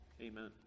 amen